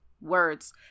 words